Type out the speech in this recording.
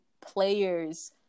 players